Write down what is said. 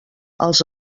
els